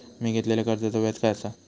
मी घेतलाल्या कर्जाचा व्याज काय आसा?